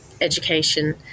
education